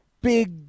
big